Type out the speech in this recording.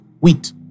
wheat